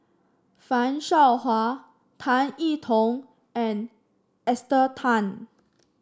Fan Shao Hua Tan E Tong and Esther Tan